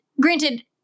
granted